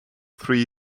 three